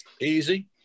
easy